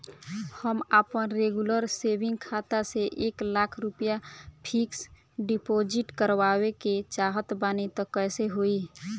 हम आपन regular saving खाता से एक लाख रुपया फिक्स डिपॉज़िट करवावे के चाहत बानी त कैसे होई?